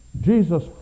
Jesus